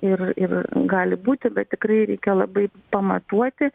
ir ir gali būti bet tikrai reikia labai pamatuoti